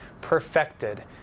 perfected